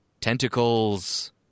Tentacles